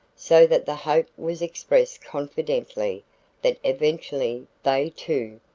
so that the hope was expressed confidently that eventually they, too,